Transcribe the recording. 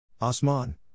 Osman